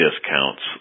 discounts